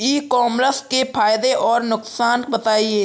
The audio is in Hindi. ई कॉमर्स के फायदे और नुकसान बताएँ?